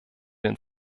denn